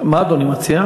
מה אתה מציע?